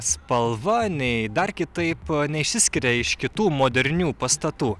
spalva nei dar kitaip neišsiskiria iš kitų modernių pastatų